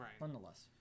nonetheless